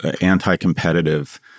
anti-competitive